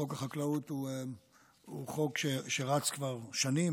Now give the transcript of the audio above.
חוק החקלאות הוא חוק שרץ כבר שנים.